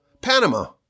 Panama